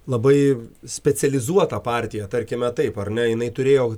labai specializuota partija tarkime taip ar ne jinai turėjo